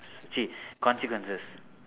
see consequences